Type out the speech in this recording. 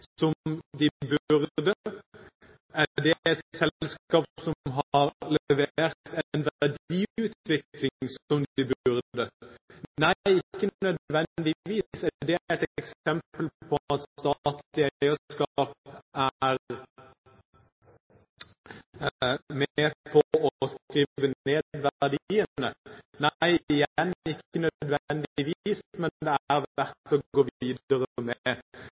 det burde? Er det et selskap som har levert den verdiutviklingen som det burde? Nei, ikke nødvendigvis. Det er et eksempel på at statlig eierskap er med på å skrive ned verdiene. Igjen ikke nødvendigvis, men det er verdt å gå videre med. Ett moment kommer ikke statsråden utenom, og det er